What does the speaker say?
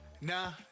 Nah